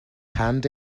hand